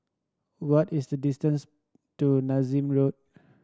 what is the distance to Nassim Road